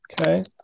Okay